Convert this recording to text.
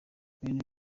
ibintu